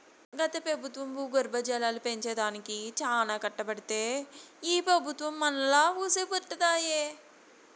గత పెబుత్వం భూగర్భ జలాలు పెంచే దానికి చానా కట్టబడితే ఈ పెబుత్వం మనాలా వూసే పట్టదాయె